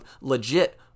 legit